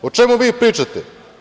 O čemu vi pričate?